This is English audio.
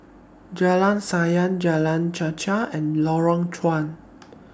Jalan Sayang Jalan Chichau and Lorong Chuan